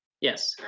yes